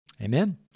Amen